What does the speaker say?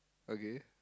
okay